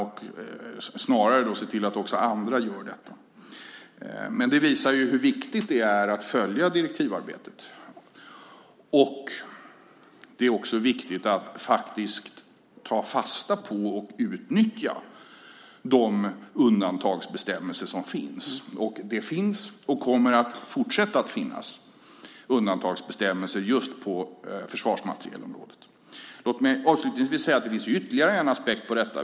Vi ska snarare se till att också andra gör detta. Det visar hur viktigt det är att följa direktivarbetet. Det är också viktigt att ta fasta på och utnyttja de undantagsbestämmelser som finns. Det finns och kommer att fortsätta att finnas undantagsbestämmelser just på försvarsmaterielområdet. Låt mig avslutningsvis säga att det finns ytterligare en aspekt på detta.